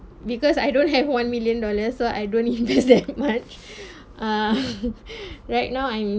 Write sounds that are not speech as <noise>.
because I don't have one million dollars so I don't need <laughs> invest that much ah <laughs> right now I'm